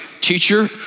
Teacher